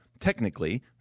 technically